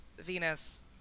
Venus